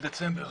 ב-9 בדצמבר.